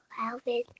Alvin